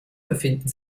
befinden